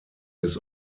his